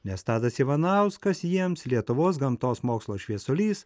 nes tadas ivanauskas jiems lietuvos gamtos mokslo šviesulys